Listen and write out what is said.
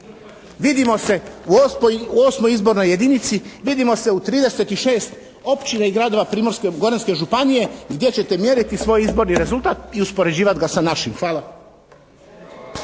Vidimo se u VIII. izbornoj jedinici, vidimo se u 36 općina i gradova Primorsko-goranske županije gdje ćete mjeriti svoj izborni rezultat i uspoređivat ga sa našim. Hvala.